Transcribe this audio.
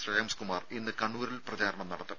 ശ്രേയാംസ്കുമാർ ഇന്ന് കണ്ണൂരിൽ പ്രചരണം നടത്തും